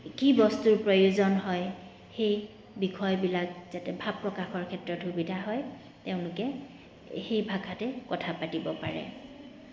কি বস্তুৰ প্ৰয়োজন হয় সেই বিষয়বিলাক যাতে ভাৱ প্ৰকাশৰ ক্ষেত্ৰত সুবিধা হয় তেওঁলোকে সেই ভাষাতে কথা পাতিব পাৰে